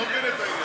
לא מבין את העניין.